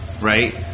Right